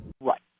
Right